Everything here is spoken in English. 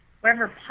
Wherever